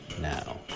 now